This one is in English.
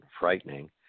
frightening